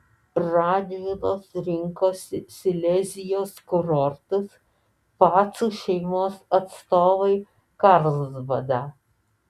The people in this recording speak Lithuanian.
radvilos rinkosi silezijos kurortus pacų šeimos atstovai karlsbadą